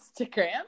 Instagram